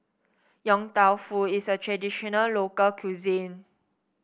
Yong Tau Foo is a traditional local cuisine